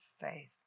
faith